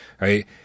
Right